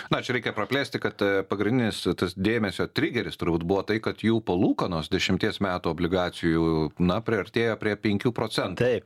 na čia reikia praplėsti kad pagrindinis dėmesio trigeris turbūt buvo tai kad jų palūkanos dešimties metų obligacijų na priartėjo prie penkių procentų